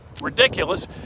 Ridiculous